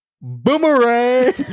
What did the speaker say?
Boomerang